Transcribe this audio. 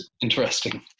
interesting